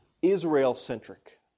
Israel-centric